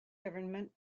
government